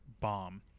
bomb